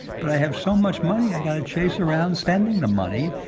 but i have so much money i got to chase around spending the money,